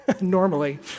normally